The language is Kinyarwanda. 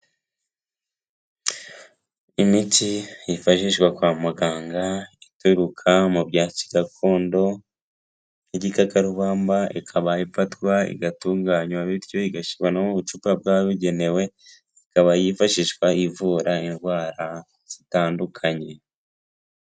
Imiti yifashishwa kwa muganga ituruka mu byatsi gakondo, cy'igikakarubamba ikaba ifatwa igatunganywa, bityo igashyirwa no mu bucupa bwabugenewe ikaba yifashishwa ivura indwara zitandukanye.